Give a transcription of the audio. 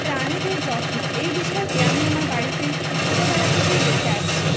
প্রাণীদের যত্ন এই বিষয়টি আমি আমার বাড়িতে ছোটোবেলা থেকেই দেখে আসছি